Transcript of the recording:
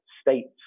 states